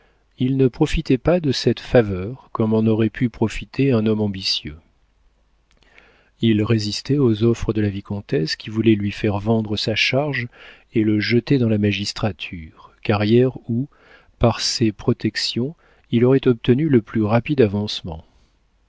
il ne profitait pas de cette faveur comme en aurait pu profiter un homme ambitieux il résistait aux offres de la vicomtesse qui voulait lui faire vendre sa charge et le jeter dans la magistrature carrière où par ses protections il aurait obtenu le plus rapide avancement